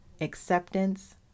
acceptance